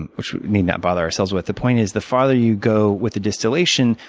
and which we need not bother ourselves with. the point is the farther you go with the distillation,